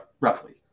roughly